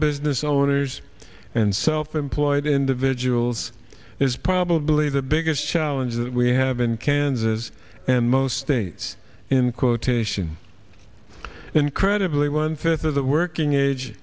business owners and self employed individuals is probably the biggest challenge that we have in kansas and most states in quotation incredibly one fifth of the working age